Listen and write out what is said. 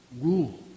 rule